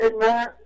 man